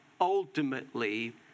ultimately